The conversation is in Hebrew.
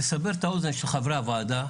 לסבר את האוזן של חברי הוועדה,